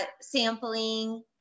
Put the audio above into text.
sampling